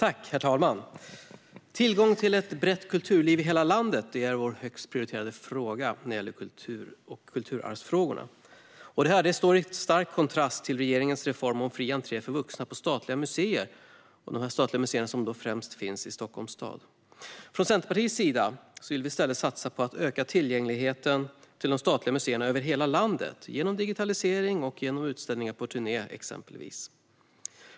Herr talman! Tillgång till ett brett kulturliv i hela landet är vår högst prioriterade fråga när det gäller kultur och kulturarv. Det står i stark kontrast till regeringens reform om fri entré för vuxna på statliga museer, främst de statliga museer som finns i Stockholms stad. Från Centerpartiets sida vill vi i stället satsa på att öka tillgängligheten till de statliga museerna över hela landet, exempelvis genom digitalisering och utställningar på turné.